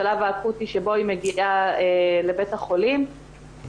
השלב האקוטי שבו היא מגיעה לבית החולים,